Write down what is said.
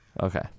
Okay